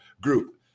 group